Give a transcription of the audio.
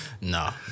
No